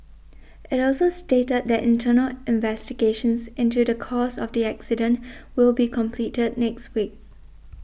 it also stated that internal investigations into the cause of the accident will be completed next week